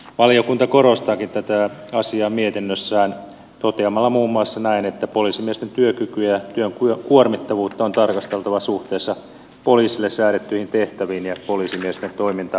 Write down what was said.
valiokunta korostaakin tätä asiaa mietinnössään toteamalla muun muassa näin että poliisimiesten työkykyä ja työn kuormittavuutta on tarkasteltava suhteessa poliisille säädettyihin tehtäviin ja poliisimiesten toimintavelvollisuuksiin